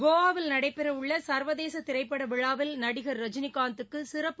கோவாவில் நடைபெறவுள்ள சர்வதேச திரைப்பட விழாவில் நடிகர் ரஜினிகாந்துக்கு சிறப்பு